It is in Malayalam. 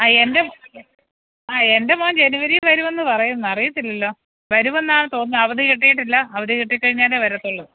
ആ എൻ്റെ ആ എൻ്റെ മോൻ ജെനുവരിയിൽ വരുമെന്ന് പറയുന്നു അറിയത്തില്ലല്ലോ വരുമെന്നാണ് തോന്നുന്നത് അവധി കിട്ടിയിട്ടില്ല അവധി കിട്ടികഴിഞ്ഞാലേ വരത്തുള്ളൂ